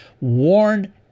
warn